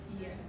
Yes